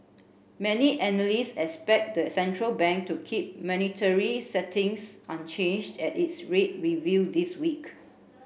many analysts expect the central bank to keep monetary settings unchanged at its rate review this week